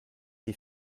die